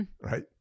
Right